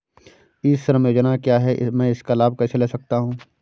ई श्रम योजना क्या है मैं इसका लाभ कैसे ले सकता हूँ?